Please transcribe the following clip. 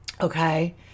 okay